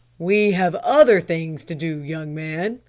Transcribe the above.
we have other things to do, young man,